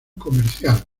comercial